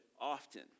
often